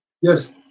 yes